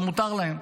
זה מותר להם.